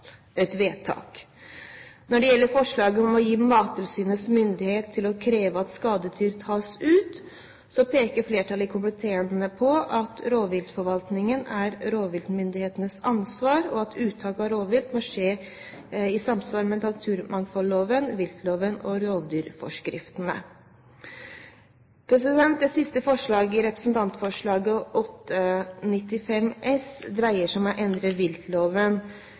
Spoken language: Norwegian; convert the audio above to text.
et vedtak. Når det gjelder forslaget om å gi Mattilsynet myndighet til å kreve at skadedyr tas ut, peker flertallet i komiteen på at rovviltforvaltningen er rovviltmyndighetenes ansvar, og at uttak av rovvilt må skje i samsvar med naturmangfoldloven, viltloven og rovdyrforskriftene. Det siste forslaget i representantforslaget, Dokument 8:95 S for 2009–2010, dreier seg om å endre viltloven